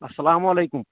اَلسلام علیکُم